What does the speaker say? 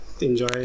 enjoy